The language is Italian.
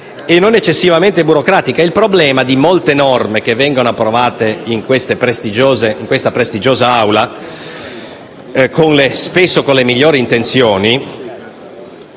e non eccessivamente burocratica. Il problema di molte norme approvate in questa prestigiosa Aula, spesso con le migliori intenzioni,